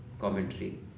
commentary